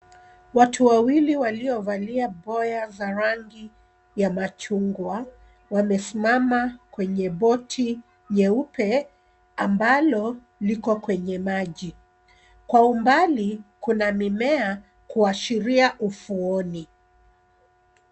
Watu wawili waliyovalia boya za rangi ya machungwa wamesimama kwenye boti nyeupe ambalo liko kwenye maji. Kwa umbali kuna mimea kuashiria ufuoni.